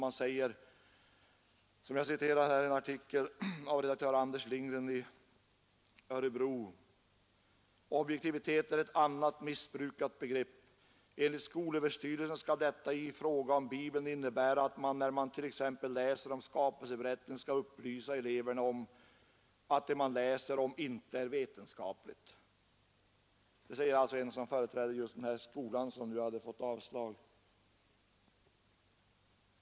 Jag citerar en artikel av redaktör Anders Lindgren i Örebro: ”Objektivitet är ett annat missbrukat begrepp. Enligt skolöverstyrelsen skall detta i fråga om Bibeln innebära att man, när man t.ex. läser om skapelseberättelsen, skall upplysa eleverna om att det man läser om inte är vetenskapligt.” Det säger en företrädare för skolan som fått avslag.